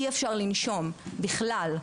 אי אפשר לנשום בכלל.